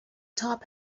top